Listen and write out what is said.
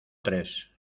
tres